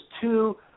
two